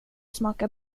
smaka